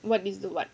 what is the what